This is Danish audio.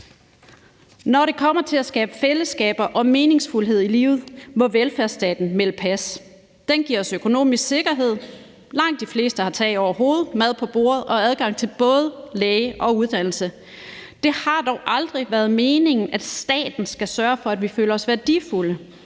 Når det kommer til at skabe fællesskaber og meningsfuldhed i livet, må velfærdsstaten melde pas. Den giver os økonomisk sikkerhed. Langt de fleste har tag over hovedet, mad på bordet og adgang til både læge og uddannelse. Det har dog aldrig været meningen, at staten skal sørge for, at vi føler os værdifulde.